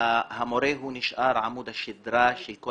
שמורה נשאר עמוד השדרה של כל